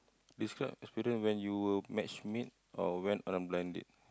describe experience when you were matchmade or went on a blind date